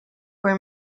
for